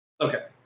Okay